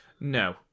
No